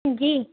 جی